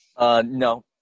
No